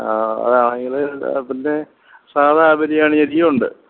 ആ ആ അല്ലെങ്കിൽ പിന്നെ സാധാരണ ബിരിയാണി അരിയും ഉണ്ട്